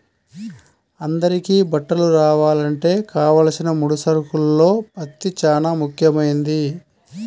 అందరికీ బట్టలు రావాలంటే కావలసిన ముడి సరుకుల్లో పత్తి చానా ముఖ్యమైంది